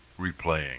replaying